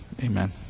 amen